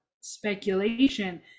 speculation